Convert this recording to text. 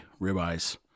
ribeyes